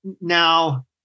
now